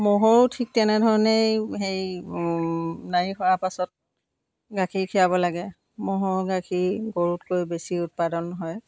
ম'হৰো ঠিক তেনেধৰণেই সেই নাৰী সৰা পাছত গাখীৰ খিৰাব লাগে ম'হৰ গাখীৰ গৰুতকৈ বেছি উৎপাদন হয়